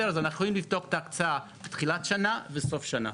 אז אנחנו יכולים לבדוק את ההקצאה בתחילת השנה ובסוף השנה.